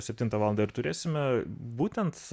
septintą valandą ir turėsime būtent